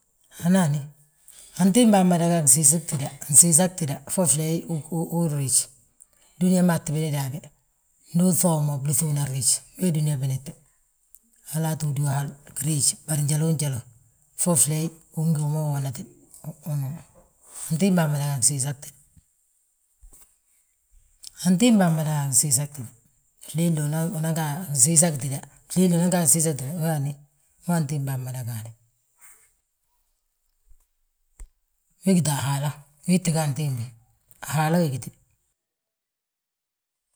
Hani, hani, antiimbaa mmada ga a gnsiisa gtída, fo fleey uriij. Dúniyaa maa tti binidi habe, ndu uŧoo mo, blúŧi unan riij, we dúniyaa binite. Halaa ttu dúwa hal, giriij, bari njaloo njali, fo fleey ugí ngi wi ma woonate. Antiimbaa mmada ga a gnsiisa gtída, antiimbaa mada ga a gnsiisa gtída, fleele unan ga a ginsiisa gtída. Ho hani, we antiimbaa mmada gaade, we gíta a Haala, wii tti ga antiimbi, a Haala we gíte.